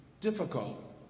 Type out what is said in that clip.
difficult